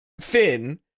Finn